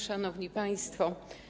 Szanowni Państwo!